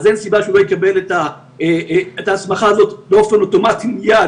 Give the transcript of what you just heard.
אז אין סיבה שהוא לא יקבל את ההסמכה הזו באופן אוטומטי מיד